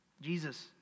Jesus